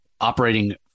operating